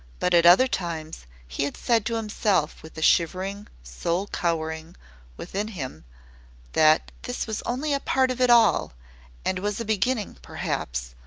but at other times he had said to himself with a shivering soul cowering within him that this was only part of it all and was a beginning, perhaps,